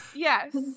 Yes